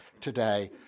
today